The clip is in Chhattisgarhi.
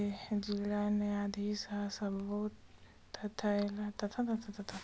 जिला न्यायधीस ह सब्बो तथ्य ल बरोबर देख परख के बेंक ल लोन लेवइया मनखे के संपत्ति ल हथितेये के आदेश देथे